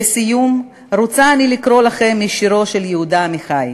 לסיום, רוצה אני לקרוא לכם משירו של יהודה עמיחי: